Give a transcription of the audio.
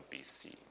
BC